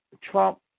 Trump